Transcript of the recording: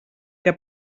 que